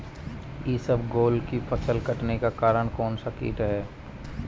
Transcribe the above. इसबगोल की फसल के कटने का कारण कौनसा कीट है?